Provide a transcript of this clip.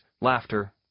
laughter